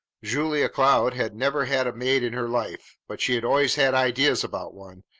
julia cloud had never had a maid in her life, but she had always had ideas about one,